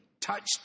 Touched